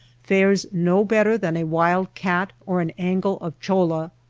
fares no better than a wild cat or an angle of choua.